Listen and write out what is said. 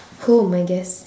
home I guess